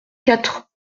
quatre